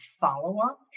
follow-up